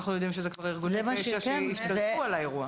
אנחנו יודעים שאלה כבר ארגוני פשע שהשתלטו על האירוע.